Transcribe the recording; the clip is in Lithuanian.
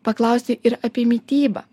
paklausti ir apie mitybą